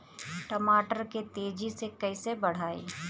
टमाटर के तेजी से कइसे बढ़ाई?